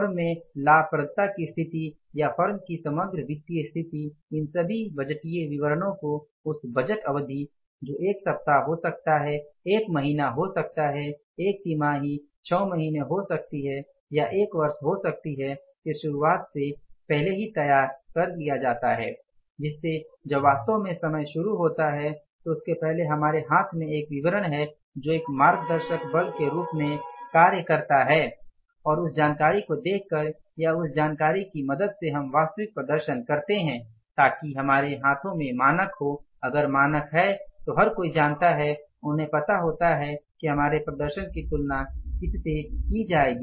firm में लाभप्रदता की स्थिति या फर्म की समग्र वित्तीय स्थिति इन सभी बजटीय विवरणों को उस बजट अवधि जो एक सप्ताह हो सकता है एक महीना हो सकता है एक तिमाही छह महीने हो सकती है या एक वर्ष हो सकती है के शुरुआत से पहले ही तैयार कर लिया जाता है जिससे जब वास्तव में समय शुरू होता है उसके पहले हमारे हाथ में एक विवरण है जो एक मार्गदर्शक बल के रूप में कार्य करता है और उस जानकारी को देख कर या उस जानकारी की मदद से हम वास्तविक प्रदर्शन करते है ताकि हमारे हाथों में मानक हो अगर मानक है तो हर कोई जानता है और उन्हें पता होता है कि हमारे प्रदर्शन की तुलना किससे से की जाएगी